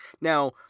Now